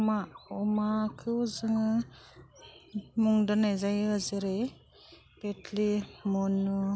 अमा अमाखौ जोङो मुं दोननाय जायो जेरै फेथ्लि मुनु